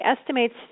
estimates